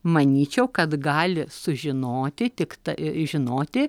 manyčiau kad gali sužinoti tiktai žinoti